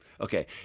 Okay